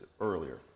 earlier